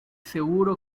seguro